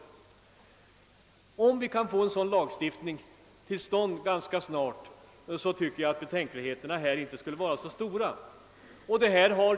Om vi får en sådan lagstiftning till stånd ganska snart, tycker jag att betänkligheterna här inte bör vara så stora.